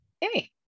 hey